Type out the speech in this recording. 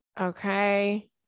Okay